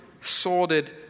sordid